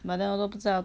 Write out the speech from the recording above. but then also 不知道